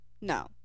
No